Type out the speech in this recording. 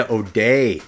O'Day